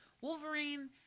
Wolverine